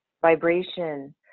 vibration